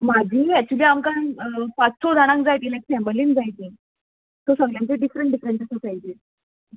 म्हाजी एक्चुली आमकां पाच सो जाणांक जाय तीं लायक फॅमलीन जाय तीं सो सगळ्यांची डिफरंट डिफरंट आसा सायजीज